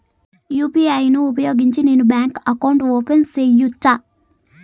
UPI ను ఉపయోగించి నేను బ్యాంకు అకౌంట్ ఓపెన్ సేయొచ్చా?